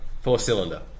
Four-cylinder